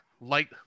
light